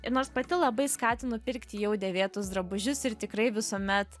ir nors pati labai skatinu pirkti jau dėvėtus drabužius ir tikrai visuomet